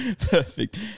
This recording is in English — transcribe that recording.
Perfect